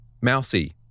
mousy